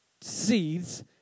seeds